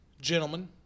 gentlemen